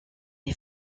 est